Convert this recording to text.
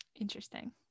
Interesting